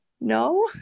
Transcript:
no